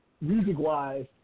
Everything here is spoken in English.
music-wise